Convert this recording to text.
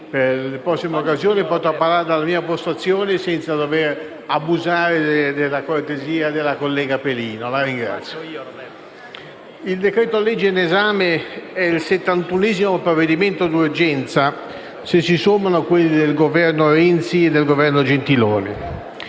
Il decreto-legge in esame è il 71° provvedimento d'urgenza, se si sommano quelli del Governo Renzi e del Governo Gentiloni